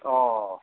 অঁ